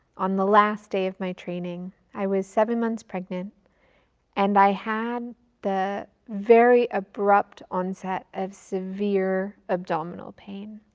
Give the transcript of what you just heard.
on the last day of my training, i was seven months pregnant and i had the very abrupt onset of severe abdominal pain.